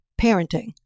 parenting